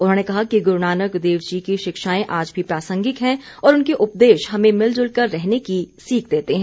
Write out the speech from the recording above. उन्होंने कहा कि गुरूनानक देव जी की शिक्षाएं आज भी प्रासंगिक हैं और उनके उपदेश हमें मिलजुल कर रहने की सीख देते हैं